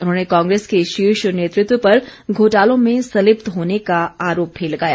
उन्होंने कांग्रेस के शीर्ष नेतृत्व पर घोटालों में संलिप्त होने का आरोप भी लगाया